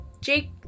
Jake